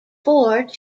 four